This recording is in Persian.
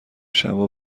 شبا